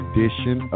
Edition